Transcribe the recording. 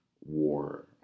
war